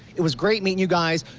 it was great meeting you guys.